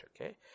okay